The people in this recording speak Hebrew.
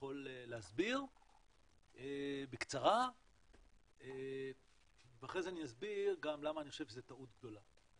יכול להסביר בקצרה ואחרי אני אסביר גם למה אני חושב שזו טעות גדולה.